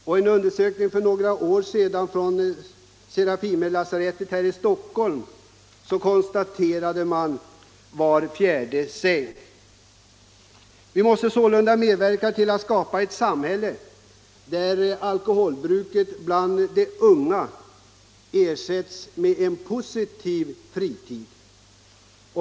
I en undersökning som för några år sedan gjordes vid Serafimerlasarettet i Stockholm var motsvarande siffra var fjärde säng. Vi måste medverka till att skapa ett samhälle där alkoholbruket bland de unga ersätts av en positiv fritid.